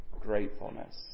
gratefulness